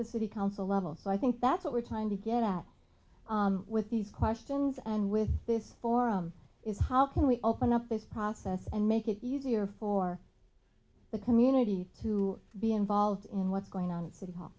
the city council level so i think that's what we're trying to get at with these questions and with this forum is how can we open up this process and make it easier for the community to be involved in what's going on at